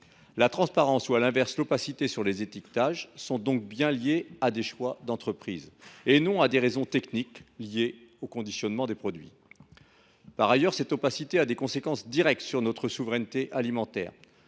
La transparence ou, à l’inverse, l’opacité sur les étiquetages est donc bien liée à un choix de l’entreprise, et non à des raisons techniques relevant du conditionnement des produits. Par ailleurs, cette opacité a des conséquences directes sur notre souveraineté alimentaire.